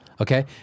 Okay